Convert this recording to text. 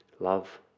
love